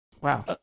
Wow